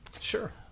Sure